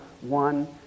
one